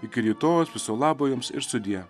iki rytojaus viso labo jums ir sudie